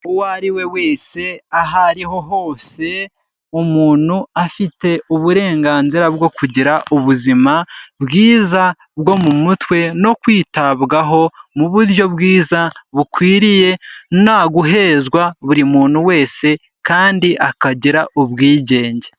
Uwo ari we wese aho ariho hose umuntu afite uburenganzira bwo kugira ubuzima bwiza bwo mu mutwe no kwitabwaho mu buryo bwiza bukwiriye nta guhezwa buri muntu wese kandi akagira ubwigenge.